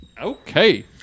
Okay